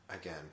Again